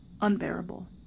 unbearable